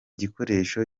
gikoresho